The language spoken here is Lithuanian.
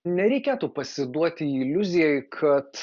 nereikėtų pasiduoti iliuzijai kad